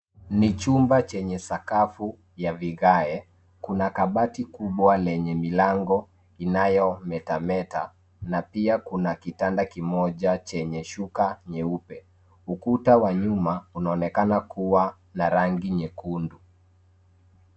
Ni chumba chenye sakafu ya vigae, kuna kabati kubwa, lenye milango inayometameta, na pia, kuna kitanda kimoja chenye shuka nyeupe. Ukuta wa nyuma, unaonekana kuwa na rangi nyekundu.